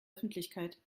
öffentlichkeit